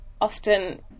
often